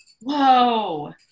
whoa